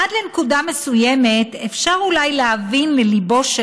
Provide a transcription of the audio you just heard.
עד לנקודה מסוימת אפשר אולי להבין לליבו של